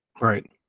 Right